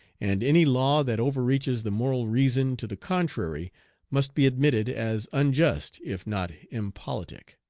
and any law that overreaches the moral reason to the contrary must be admitted as unjust if not impolitic.